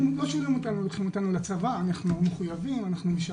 אנחנו מחויבים ללכת לצבא, אנחנו משרתים,